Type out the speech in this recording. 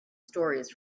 stories